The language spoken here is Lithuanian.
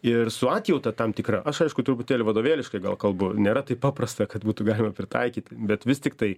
ir su atjauta tam tikra aš aišku truputėlį vadovėliškai gal kalbu nėra taip paprasta kad būtų galima pritaikyti bet vis tiktai